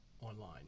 online